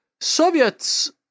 Soviets